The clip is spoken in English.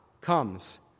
comes